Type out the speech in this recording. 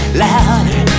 louder